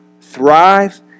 thrive